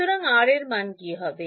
সুতরাং R এর মান কি হবে